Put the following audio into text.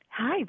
Hi